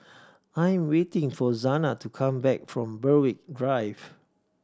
I am waiting for Zanaed to come back from Berwick Drive